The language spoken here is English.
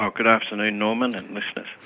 um good afternoon norman and listeners.